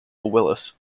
willis